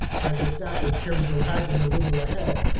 as if that would carry the wagon a little ahead!